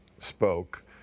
spoke